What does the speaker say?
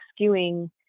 skewing